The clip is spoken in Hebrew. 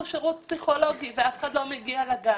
שירות פסיכולוגי ואף אחד לא מגיע לגן.